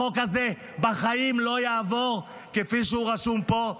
החוק הזה בחיים לא יעבור כפי שהוא רשום פה,